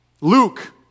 Luke